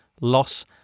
loss